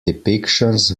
depictions